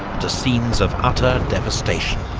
to scenes of utter devastation.